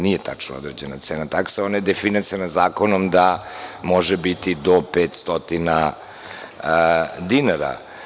Nije tačno određena cena takse, ona je definisana zakonom da može biti do 500 dinara.